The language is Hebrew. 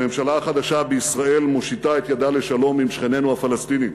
הממשלה החדשה בישראל מושיטה את ידה לשלום עם שכנינו הפלסטינים.